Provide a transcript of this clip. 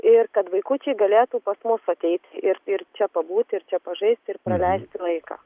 ir kad vaikučiai galėtų pas mus ateit ir ir čia pabūti ir čia pažaisti ir praleisti laiką